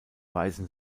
weißen